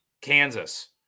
Kansas